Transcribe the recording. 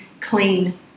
clean